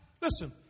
listen